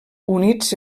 units